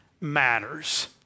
matters